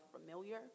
familiar